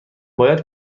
باید